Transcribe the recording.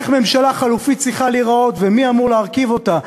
איך ממשלה חלופית צריכה להיראות ומי אמור להרכיב אותה.